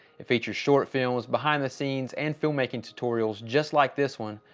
it features short films behind the scenes and filmmaking tutorials just like this one.